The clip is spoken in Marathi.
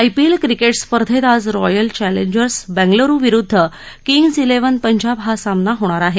आयपीएल क्रिकेट स्पर्धेत आज रॉयल चॅलेंजर्स बंगलुरु विरुद्ध किंग्ज त्रिव्हन पंजाब हा सामना होणार आहे